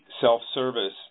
self-service